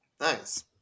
nice